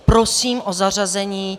Prosím o zařazení.